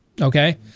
Okay